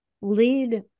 lead